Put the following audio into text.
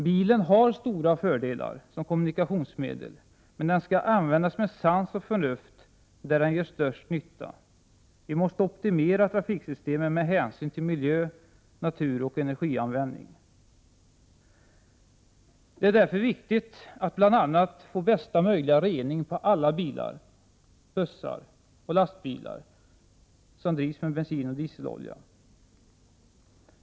Bilen har stora fördelar som kommunikationsmedel, men den skall användas med sans och förnuft där den gör störst nytta. Vi måste optimera trafiksystemen med hänsyn till miljö, natur och energianvändning. Det är därför viktigt att bl.a. ha bästa möjliga rening på alla bilar, bussar och lastbilar som drivs med bensin och dieselolja.